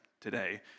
today